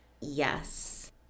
Yes